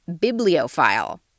Bibliophile